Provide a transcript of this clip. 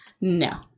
no